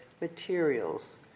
materials